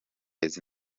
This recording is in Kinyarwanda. base